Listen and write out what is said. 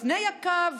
לפני הקו?